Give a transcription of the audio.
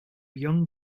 young